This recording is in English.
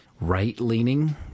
right-leaning